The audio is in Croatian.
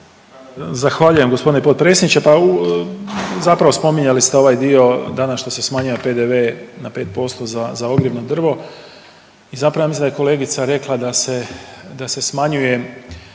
Zahvaljujem g. potpredsjedniče. Pa zapravo spominjali ste ovaj dio danas što se smanjiva PDV na 5% za ogrijev na drvo i zapravo ja mislim da je kolegica rekla da se smanjuje